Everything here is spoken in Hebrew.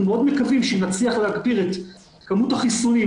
אנחנו מאוד מקווים שאם אנחנו נצליח להגביר את כמות החיסונים,